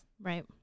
Right